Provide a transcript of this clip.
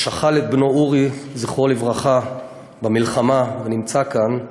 ששכל את בנו אורי, זכרו לברכה, במלחמה, ונמצא כאן,